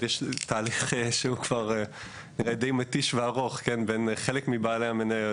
יש תהליך שהוא כבר די מתיש וארוך בין חלק מבעלי המניות